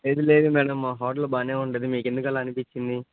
లేదు లేదు మేడమ్ మా హోటల్ బాగానే ఉంటుంది మీకు ఎందుకలా అనిపించింది